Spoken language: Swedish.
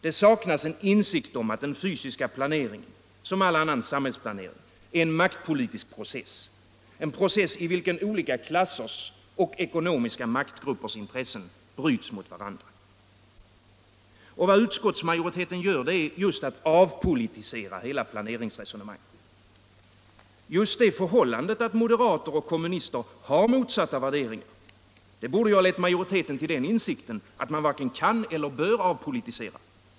Det saknas insikt om att den fysiska planeringen som all annan samhällsplanering är en maktpolitisk process, en process i vilken olika klassers och ekonomiska maktgruppers intressen bryts mot varandra. Vad utskottsmajoriteten gör är att avpolitisera hela planeringsresonemanget. Just det förhållandet att moderater och kommunister har motsatta värderingar borde ha lett majoriteten till insikten att man varken kan eller bör avpolitisera.